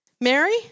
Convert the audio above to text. Mary